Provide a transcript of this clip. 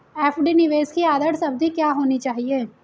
FD निवेश की आदर्श अवधि क्या होनी चाहिए?